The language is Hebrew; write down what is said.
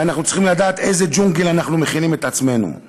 ואנחנו צריכים לדעת איזה "ג'ונגל אנחנו מכינים לעצמנו";